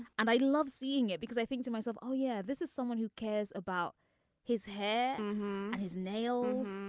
and i love seeing it because i think to myself oh yeah. this is someone who cares about his hair his nails.